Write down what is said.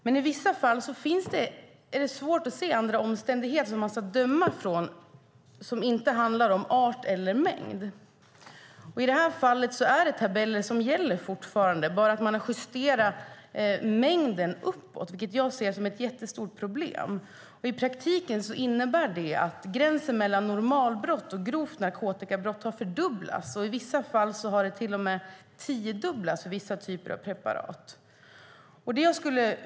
Men i vissa fall är det svårt att se andra omständigheter utifrån vilka man ska döma som inte handlar om art eller mängd. I det här fallet är det fortfarande tabeller som gäller. Man har bara justerat mängden uppåt, vilket jag ser som ett jättestort problem. I praktiken innebär det att gränsen mellan normalbrott och grovt narkotikabrott har fördubblats. I vissa fall har det till och med tiodubblats för vissa typer av preparat.